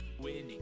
Winning